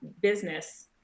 business